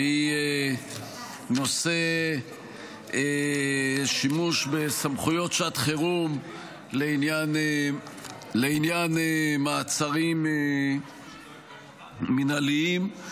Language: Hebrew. והיא נושא השימוש בסמכויות שעת חירום לעניין מעצרים מינהליים.